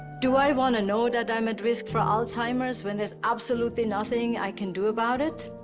do i want to know that i'm at risk for alzheimer's when there's absolutely nothing i can do about it?